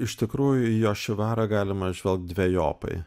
iš tikrųjų į jošivarą galima žvelgt dvejopai